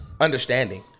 understanding